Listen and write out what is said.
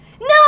No